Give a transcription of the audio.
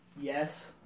Yes